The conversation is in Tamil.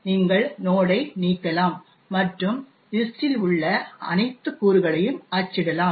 நீங்கள் நோட் ஐ நீக்கலாம் மற்றும் லிஸஂடஂ இல் உள்ள அனைத்து கூறுகளையும் அச்சிடலாம்